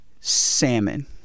salmon